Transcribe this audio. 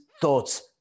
thoughts